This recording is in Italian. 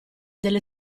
delle